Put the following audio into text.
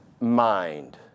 mind